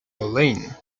lane